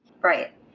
Right